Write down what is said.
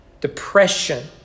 depression